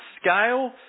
scale